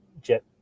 jet